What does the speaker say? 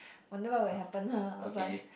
wonder what will happen lah but